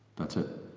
that's it!